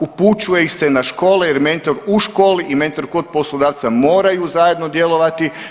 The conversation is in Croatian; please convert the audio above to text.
Upućuje ih se na škole jer mentor u školi i mentor kod poslodavca moraju zajedno djelovati.